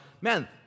man